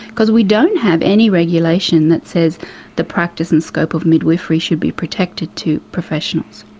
because we don't have any regulation that says the practice and scope of midwifery should be protected to professionals.